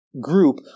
group